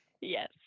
yes